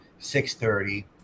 6.30